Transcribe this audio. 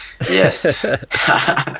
Yes